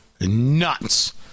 nuts